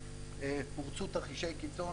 הורצו תרחישי קיצון.